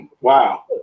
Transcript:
Wow